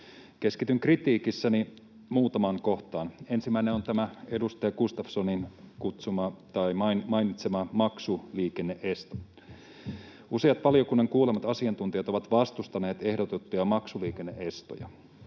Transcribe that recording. Keskityn kritiikissäni muutamaan kohtaan. Ensimmäinen on tämä edustaja Gustafssonin mainitsema maksuliikenne-esto. Useat valiokunnan kuulemat asiantuntijat ovat vastustaneet ehdotettuja maksuliikenne-estoja.